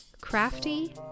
Crafty